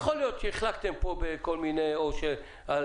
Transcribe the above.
יכול להיות שהחלקתם פה בכל מיני או שההתייחסות